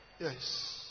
Yes